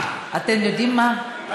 אתם יודעים מה,